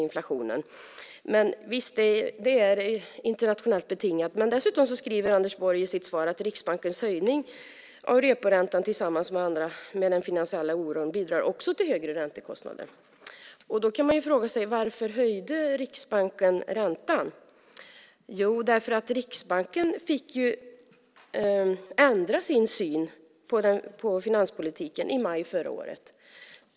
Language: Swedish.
Visst, det är internationellt betingat, men dessutom säger Anders Borg i sitt svar att också Riksbankens höjning av reporäntan tillsammans med den finansiella oron bidrar till högre räntekostnader. Då kan man fråga sig varför Riksbanken höjde räntan. Jo, det gjorde man för att Riksbanken fick ändra sin syn på finanspolitiken i maj förra året.